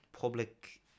public